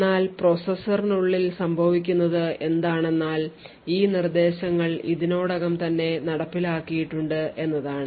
എന്നാൽ പ്രോസസറിനുള്ളിൽ സംഭവിക്കുന്നത് എന്താണെന്നാൽ ഈ നിർദ്ദേശങ്ങൾ ഇതിനകം തന്നെ നടപ്പിലാക്കിയിട്ടുണ്ട് എന്നതാണ്